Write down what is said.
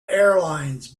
airlines